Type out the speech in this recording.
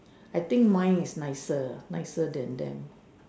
I think my is a nicer nicer thing think